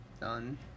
done